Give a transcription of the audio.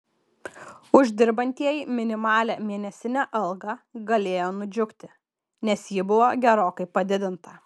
uždirbantieji minimalią mėnesinę algą galėjo nudžiugti nes ji buvo gerokai padidinta